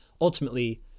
ultimately